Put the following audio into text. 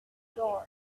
shore